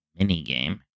minigame